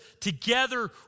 together